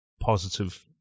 positive